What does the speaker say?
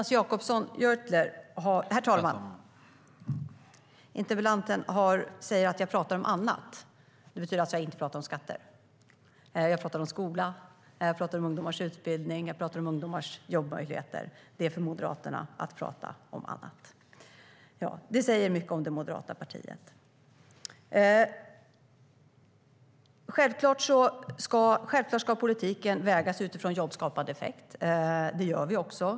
Herr talman! Interpellanten säger att jag talar om annat. Det betyder att jag inte talar om skatter utan om skola, ungdomars utbildning och ungdomars jobbmöjligheter. För Moderaterna är det att tala om annat. Det säger mycket om det moderata partiet. Självklart ska politiken vägas utifrån jobbskapande effekt. Det gör vi också.